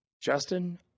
Justin